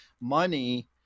money